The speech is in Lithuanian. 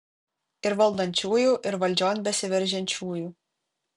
ir valdančiųjų ir valdžion besiveržiančiųjų